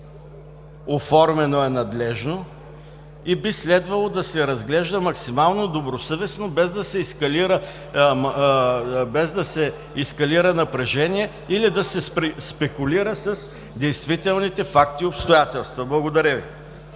оформено е надлежно и би следвало да се разглежда максимално добросъвестно без да се ескалира напрежение или да се спекулира с действителните факти и обстоятелства. Благодаря Ви.